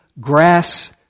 grass